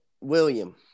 William